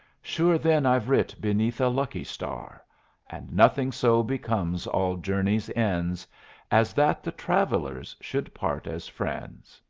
sure then i've writ beneath a lucky star and nothing so becomes all journeys' ends as that the travellers should part as friends.